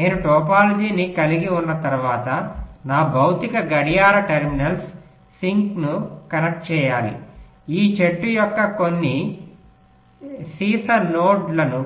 నేను టోపోలాజీని కలిగి ఉన్న తర్వాత నా భౌతిక గడియార టెర్మినల్స్ సింక్లను కనెక్ట్ చేయాలి ఈ చెట్టు యొక్క కొన్ని సీస నోడ్కు